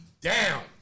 down